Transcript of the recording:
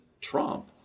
Trump